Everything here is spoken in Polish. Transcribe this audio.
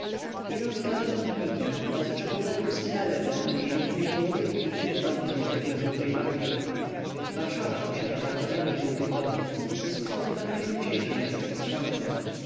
idąc prawym chodnikiem dostrzegł wokulski nalewo mniej więcej w połowie ulicy dom niezwykle żółtej barwy warszawa posiada bardzo wiele żółtych domów jest to chyba najżółciejsze miasto pod słońcem